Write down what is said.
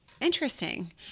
Interesting